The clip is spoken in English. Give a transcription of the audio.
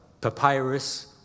papyrus